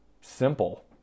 simple